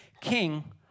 king